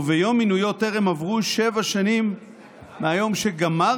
וביום מינויו טרם עברו שבע שנים מהיום שגמר